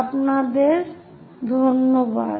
আপনাকে অনেক ধন্যবাদ